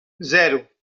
zero